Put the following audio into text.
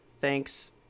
Thanks